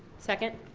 second.